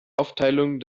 aufteilung